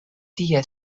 tie